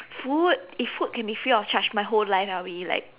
food if food can be free I'll charge my whole life I'll be like